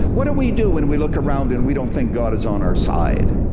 what do we do when we look around and we don't think god is on our side?